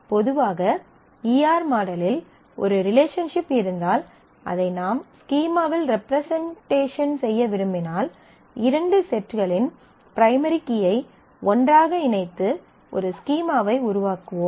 பொதுவாக E R மாடலில் ஒரு ரிலேஷன்ஷிப் இருந்தால் அதை நாம் ஸ்கீமாவில் ரெப்ரசன்ட்டேஷன் செய்ய விரும்பினால் இரண்டு செட்களின் பிரைமரி கீயை ஒன்றாக இணைத்து ஒரு ஸ்கீமாவை உருவாக்குவோம்